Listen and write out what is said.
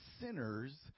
sinners